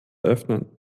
öffnen